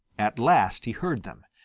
at last he heard them,